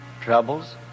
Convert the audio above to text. troubles